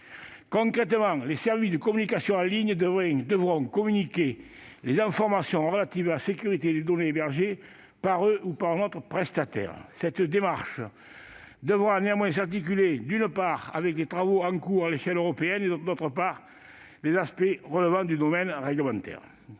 Concrètement, les services de communication en ligne devront communiquer les informations relatives à la sécurité des données hébergées par eux ou par un autre prestataire. Cette démarche devra néanmoins s'articuler avec, d'une part, les travaux en cours à l'échelon européen, et, d'autre part, les aspects relevant du domaine réglementaire.